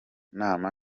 nama